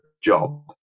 job